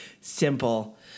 simple